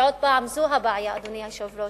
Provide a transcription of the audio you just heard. עוד הפעם, זו הבעיה, אדוני היושב-ראש,